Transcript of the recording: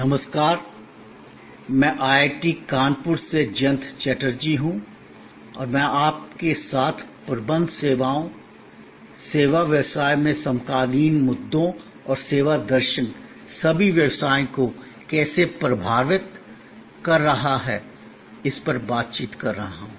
नमस्कार मैं आईआईटी कानपुर से जयंत चटर्जी हूं और मैं आपके साथ प्रबंध सेवाओं सेवा व्यवसाय में समकालीन मुद्दों और सेवा दर्शन सभी व्यवसायों को कैसे प्रभावित कर रहा हूं इस पर बातचीत कर रहा हूं